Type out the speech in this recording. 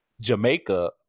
Jamaica